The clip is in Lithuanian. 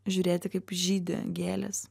žiūrėti kaip žydi gėlės